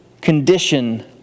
condition